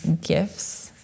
gifts